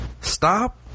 Stop